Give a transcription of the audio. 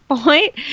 point